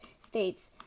states